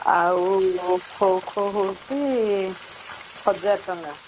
ଆଉ ଖୋ ଖୋ ହେଉଛି ହଜାର ଚଙ୍କା